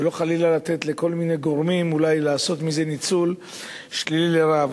ולא חלילה לתת לכל מיני גורמים אולי לעשות מזה ניצול שלילי לרעה.